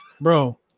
bro